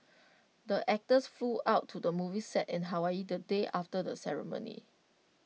the actors flew out to the movie set in Hawaii the day after the ceremony